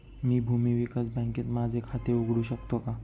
मी भूमी विकास बँकेत माझे खाते उघडू शकतो का?